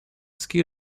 ski